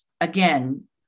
again